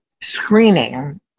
screening